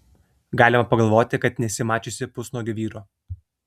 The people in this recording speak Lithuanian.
galima pagalvoti kad nesi mačiusi pusnuogio vyro